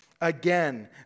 again